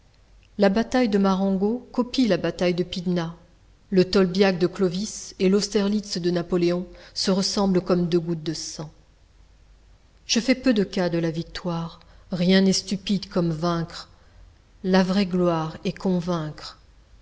la bataille de marengo copie la bataille de pydna le tolbiac de clovis et l'austerlitz de napoléon se ressemblent comme deux gouttes de sang je fais peu de cas de la victoire rien n'est stupide comme vaincre la vraie gloire est convaincre